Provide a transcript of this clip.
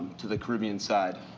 to the caribbean side.